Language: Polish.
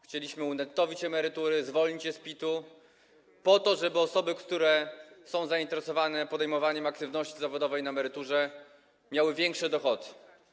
Chcieliśmy unettowić emerytury, zwolnić je z PIT-u, po to żeby osoby, które są zainteresowane podejmowaniem aktywności zawodowej na emeryturze, miały większe dochody.